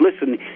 listen